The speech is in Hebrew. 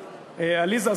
עליזה,